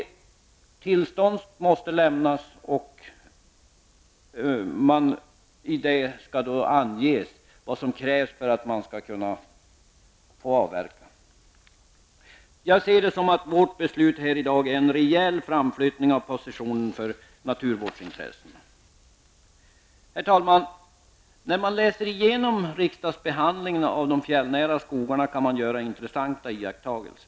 Tillstånd måste lämnas, och i det skall anges vad som krävs för att avverkning skall få ske. Jag ser vårt beslut här i dag som en rejäl framflyttning av positionerna för naturvårdsintressena. Herr talman! När man läser igenom riksdagsbehandlingen av de fjällnära skogarna, kan man göra intressanta iaktagelser.